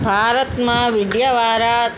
ભારતમાં મીડિયાવાળા